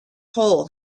hole